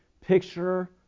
picture